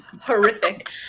horrific